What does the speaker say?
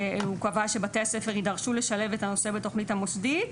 שהוא קבע שבתי הספר יידרשו לשלב את הנושא בתוכנית המוסדית,